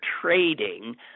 trading